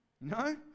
No